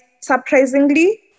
surprisingly